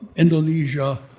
indonesia,